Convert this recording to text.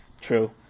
True